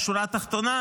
השורה התחתונה,